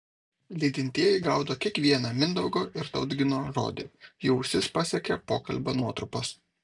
lydintieji gaudo kiekvieną mindaugo ir tautgino žodį jų ausis pasiekia pokalbio nuotrupos